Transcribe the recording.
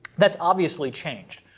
that's obviously changed.